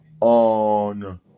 on